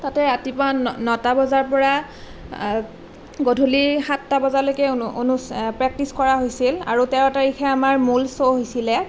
তাতে ৰাতিপুৱা ন ন নটা বজাৰ পৰা গধূলি সাতটা বজালৈকে অনু অনুচ প্ৰেক্টিছ কৰা হৈছিল আৰু তেৰ তাৰিখে আমাৰ মূল শ্ব' হৈছিলে